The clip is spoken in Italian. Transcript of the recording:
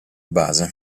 base